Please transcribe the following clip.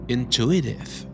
Intuitive